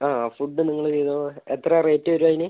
ആ ആ ഫുഡ് നിങ്ങൾ ചെയ്തോ എത്രയാണ് റേറ്റ് വരിക അതിന്